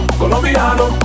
colombiano